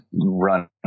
run